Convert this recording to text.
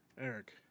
Eric